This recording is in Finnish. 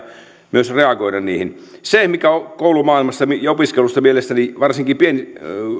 myös reagoida se mikä koulumaailmasta ja opiskelusta mielestäni puuttuu varsinkin